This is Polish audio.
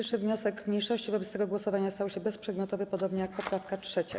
wniosek mniejszości wobec tego głosowania stał się bezprzedmiotowy, podobnie jak poprawka 3.